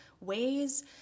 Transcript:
ways